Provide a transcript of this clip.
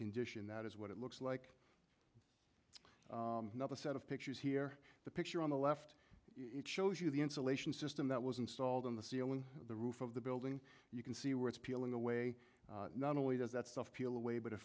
condition that is what it looks like another set of pictures here the picture on the left it shows you the insulation system that was installed on the ceiling the roof of the building you can see where it's peeling away not only does that stuff peel away but